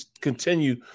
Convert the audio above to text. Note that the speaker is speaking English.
continue